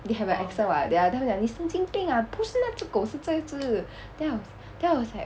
they have accent [what] then 她们讲你神经病啊不是那只狗是这只 then I was then I was like